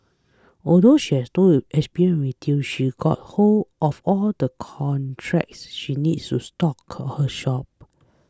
although she had no it experience in retail she got hold of all the contacts she needed to stock her her shop